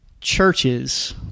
churches